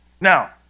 now